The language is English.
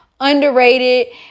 underrated